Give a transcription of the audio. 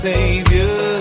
Savior